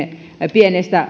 pienestä